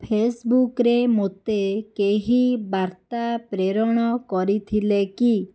ଫେସବୁକ୍ରେ ମୋତେ କେହି ବାର୍ତ୍ତା ପ୍ରେରଣ କରିଥିଲେ କି